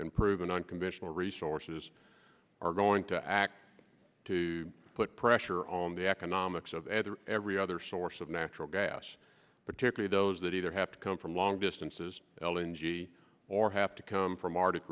and proven unconventional resources are going to act to put pressure on the economics of added every other source of natural gas particularly those that either have to come from long distances ellen g or have to come from arctic